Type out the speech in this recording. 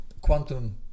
quantum